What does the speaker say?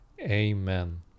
Amen